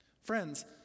Friends